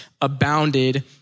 abounded